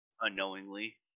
Unknowingly